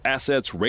Assets